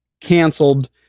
canceled